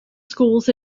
schools